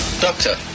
doctor